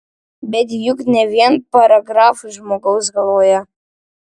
bet juk ne vien paragrafai žmogaus galvoje